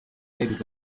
needed